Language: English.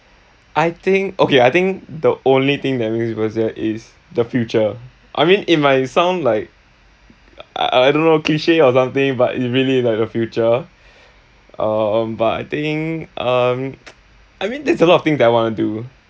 I think okay I think the only thing that make me persevere is the future I mean it might sound like I I don't know cliche or something but it really like the future um but I think um I mean there's a lot of things that I wanna do